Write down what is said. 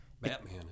Batman